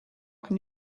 can